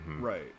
Right